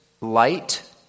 light